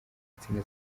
insinga